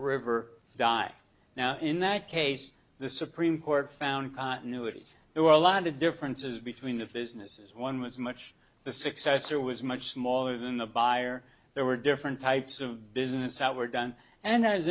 river dye now in that case the supreme court found continuity there were a lot of differences between the businesses one was much the successor was much smaller than the buyer there were different types of business that were done and as